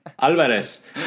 Alvarez